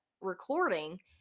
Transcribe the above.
recording